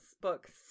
books